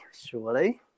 Surely